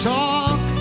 talk